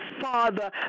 Father